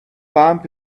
bump